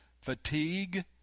fatigue